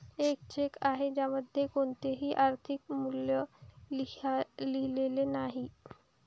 एक चेक आहे ज्यामध्ये कोणतेही आर्थिक मूल्य लिहिलेले नाही